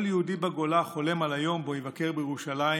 כל יהודי בגולה חולם על היום שבו יבקר בירושלים,